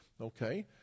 Okay